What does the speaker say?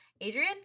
Adrian